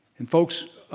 and folks,